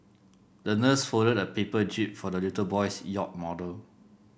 the nurse folded a paper jib for the little boy's yacht model